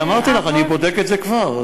אני אמרתי לך, אני בודק את זה כבר.